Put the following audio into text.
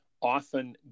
often